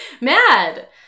mad